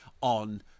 on